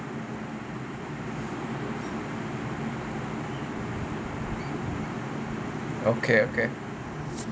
okay okay